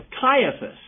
Caiaphas